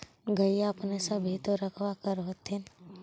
गईया अपने सब भी तो रखबा कर होत्थिन?